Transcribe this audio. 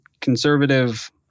conservative